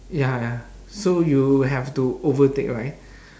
ya ya so you have to overtake right